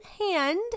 hand